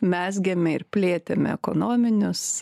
mezgėme ir plėtėme ekonominius